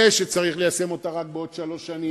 זה שצריך ליישם אותה רק בעוד שלוש שנים,